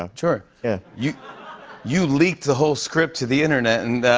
um sure. yeah. you you leaked the whole script to the internet. and